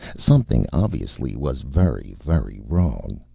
something, obviously, was very, very wrong.